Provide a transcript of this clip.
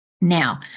Now